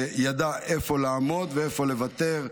וידע איפה לעמוד ואיפה לוותר,